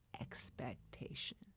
expectation